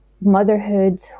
motherhood